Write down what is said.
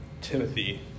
Timothy